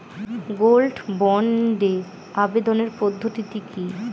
Gold বন্ডে আবেদনের পদ্ধতিটি কি?